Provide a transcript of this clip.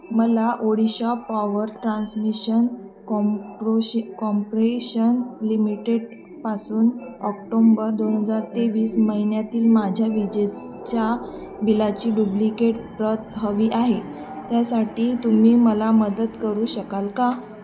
मला Odisha power transmission compro compression लिमिटेडपासून October दोन हजार तेवीस महिन्यातील माझ्या विजेच्या बिलाची डुब्लिकेट प्रत हवी आहे त्यासाठी तुम्ही मला मदत करू शकाल का